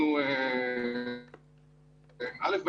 ראשית,